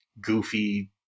goofy